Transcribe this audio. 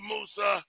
Musa